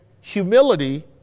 humility